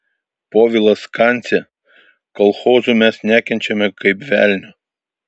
povilas kancė kolchozų mes nekenčiame kaip velnio